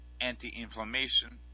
anti-inflammation